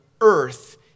earth